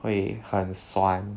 会很酸